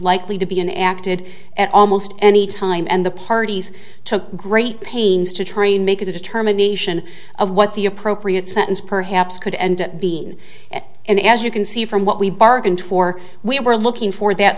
likely to be in acted at almost any time and the parties took great pains to train make a determination of what the appropriate sentence perhaps could end up being and as you can see from what we bargained for we were looking for that